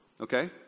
Okay